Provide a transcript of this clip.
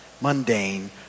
mundane